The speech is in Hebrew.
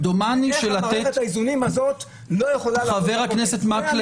איך מערכת האיזונים הזאת לא יכולה ל --- חבר הכנסת מקלב,